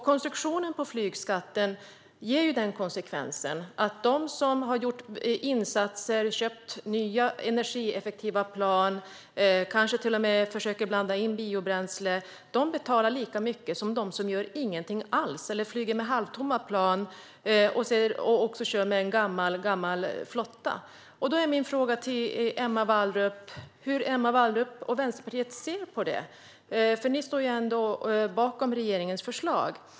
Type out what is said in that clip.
Konstruktionen av flygskatten ger konsekvensen att de som har gjort insatser, köpt nya energieffektiva plan, till och med försökt blanda in biobränsle, har betalat lika mycket som de som inte har gjort någonting alls, flugit med halvtomma plan eller kört med en gammal flotta. Hur ser Emma Wallrup och Vänsterpartiet på detta? Ni står ändå bakom regeringens förslag.